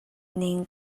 ning